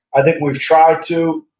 i think we've tried to.